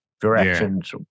Directions